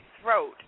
throat